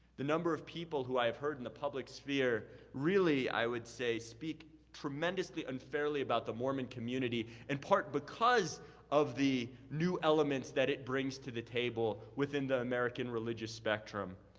the number of people who i have heard in the public sphere really i would say speak tremendously unfairly about the mormon community, in and part because of the new elements that it brings to the table within the american religious spectrum.